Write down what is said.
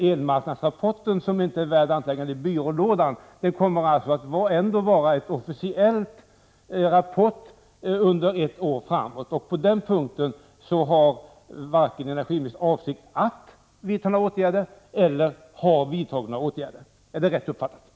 Elmarknadsrapporten som inte var värd annat än att läggas i byrålådan kommer ändå att vara en officiell rapport under ett år framåt. På den punkten har inte energiministern vidtagit några åtgärder och avser inte heller att göra det. Är det rätt uppfattat?